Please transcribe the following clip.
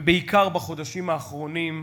ובעיקר בחודשים האחרונים,